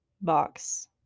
box